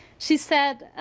she said,